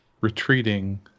Retreating